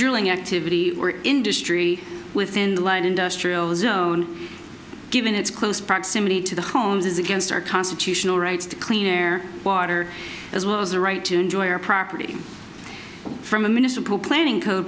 drilling activity or industry within the light industrial zone given its close proximity to the homes is against our constitutional rights to clean air water as well as the right to enjoy our property from a municipal planning co